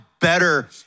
better